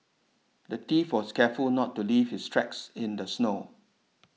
the thief was careful not to leave his tracks in the snow